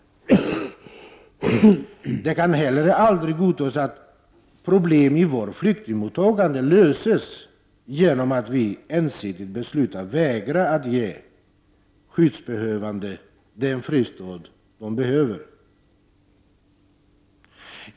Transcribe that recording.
Det kan aldrig godtas att problem i vårt flyktingmottagande löses genom att vi ensidigt beslutar vägra att ge skyddsbehövande fristad.